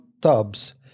tubs